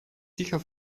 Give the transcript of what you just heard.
sicher